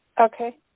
Okay